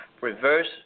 reverse